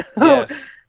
Yes